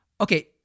Okay